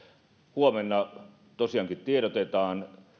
huomenna tosiaankin tiedotetaan